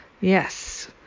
yes